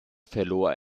verlor